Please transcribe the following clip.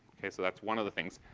okay? so that's one of the things.